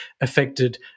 affected